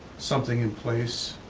something in place,